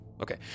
Okay